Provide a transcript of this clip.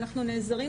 אנחנו נעזרים,